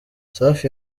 safi